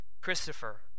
Christopher